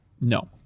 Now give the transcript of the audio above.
No